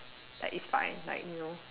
like it's fine like you know